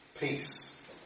peace